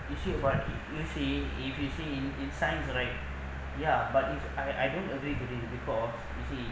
issued about the you see if you see if science like ya but if I I don't agree with it because you see